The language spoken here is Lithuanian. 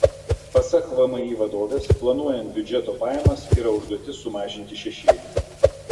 pasak vmi vadovės planuojant biudžeto pajamas yra užduotis sumažinti šešėlį